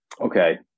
Okay